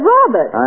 Robert